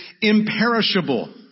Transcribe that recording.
imperishable